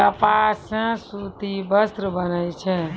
कपास सॅ सूती वस्त्र बनै छै